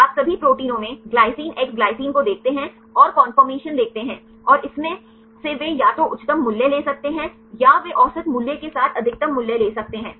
आप सभी प्रोटीनों में ग्लाइसिन एक्स ग्लाइसिन को देखते हैं और कन्फोर्मशन देखते हैं और इसमें से वे या तो उच्चतम मूल्य ले सकते हैं या वे औसत मूल्य के साथ अधिकतम मूल्य ले सकते हैं